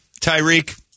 Tyreek